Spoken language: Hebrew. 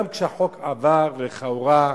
גם כשהחוק עבר, לכאורה,